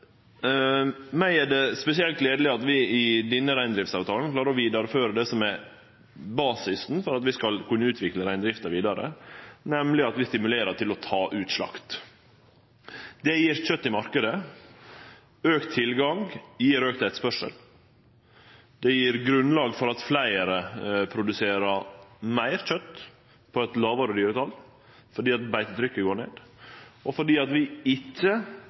meg er det spesielt gledeleg at vi i denne reindriftsavtalen klarer å vidareføre det som er basisen for at vi skal kunne utvikle reindrifta vidare, nemleg at vi stimulerer til å ta ut slakt. Det gjev kjøt i marknaden, auka tilgang gjev auka etterspurnad, og det gjev grunnlag for at fleire produserer meir kjøt på eit lågare dyretal, fordi beitetrykket går ned, og fordi vi ikkje